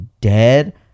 dead